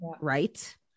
Right